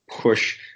push